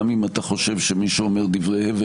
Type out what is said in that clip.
גם אם אתה חושב שמישהו אומר דברי הבל,